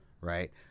Right